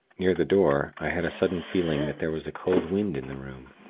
near the door, i had a sudden feeling that there was a cold wind in the room.